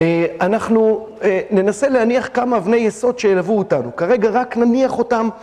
אנחנו ננסה להניח כמה אבני יסוד שילוו אותנו, כרגע רק נניח אותם